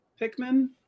Pikmin